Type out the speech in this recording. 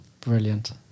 brilliant